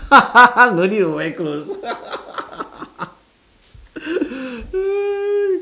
no need to wear clothes